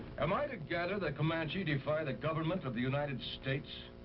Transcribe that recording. am i to gather the comanche defy the government of the united states?